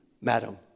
madam